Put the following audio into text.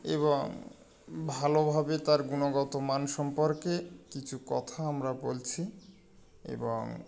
এবং ভালো ভাবে তার গুণগত মান সম্পর্কে কিছু কথা আমরা বলছি এবং